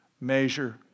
measure